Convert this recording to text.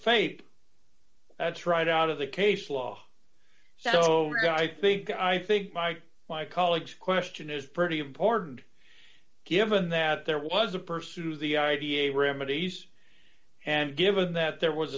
fate that's right out of the case law so i think i think by my colleagues question is pretty important given that there was a person who the i b a remedies and given that there was